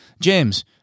James